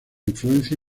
influencia